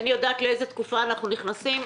אני יודעת לאיזו תקופה אנחנו נכנסים,